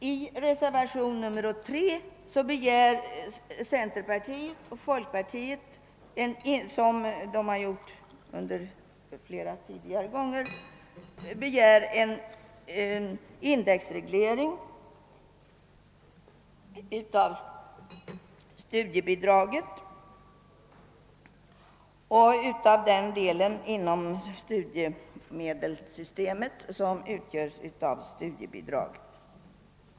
I reservationen 3 begär centerpartiet och folkpartiet, som man har gjort flera gånger tidigare, en indexreglering av den del av studiemedeéelssystemet som utgörs av studiebidrag.